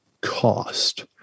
cost